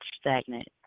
stagnant